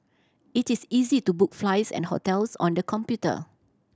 it is easy to book flights and hotels on the computer